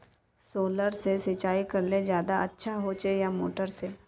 Solar से सिंचाई करले ज्यादा अच्छा होचे या मोटर से?